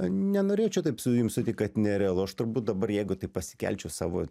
nenorėčiau taip su jum sutikt kad nerealu aš turbūt dabar jeigu tai pasikelčiau savo